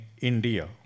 India